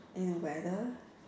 and weather